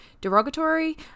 derogatory